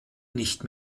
nicht